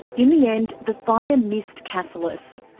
in the end, the fire missed cassilis.